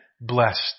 blessed